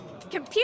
Computer